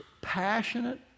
passionate